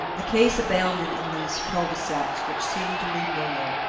the case abounded in these culs-de-sac which seemed to lead nowhere.